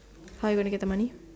how are you gonna get the money